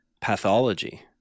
pathology